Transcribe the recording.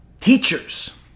teachers